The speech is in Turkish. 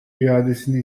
iadesini